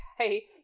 okay